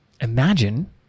Imagine